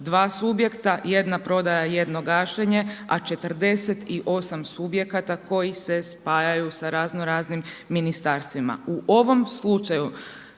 dva subjekta, jedna prodaja, jedno gašenje, a 48 subjekata koji se spajaju sa razno raznim ministarstvima.